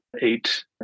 eight